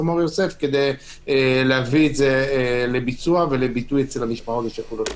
מור-יוסף כדי להביא את זה לביצוע ולביטוי אצל המשפחות השכולות.